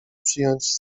przyjąć